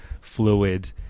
fluid